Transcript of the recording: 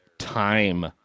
time